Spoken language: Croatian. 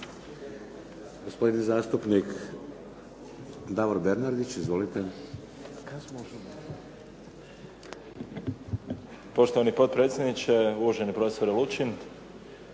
Gospodin zastupnik Davor Bernardić. Izvolite.